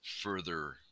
further